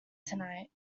tonight